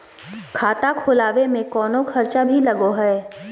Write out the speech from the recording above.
खाता खोलावे में कौनो खर्चा भी लगो है?